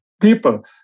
people